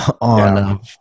on